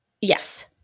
Yes